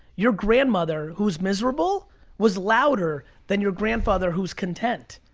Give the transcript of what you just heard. your grandmother who's miserable was louder than your grandfather, who's content.